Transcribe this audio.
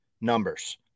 numbers